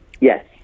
Yes